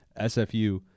sfu